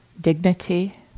dignity